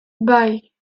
bai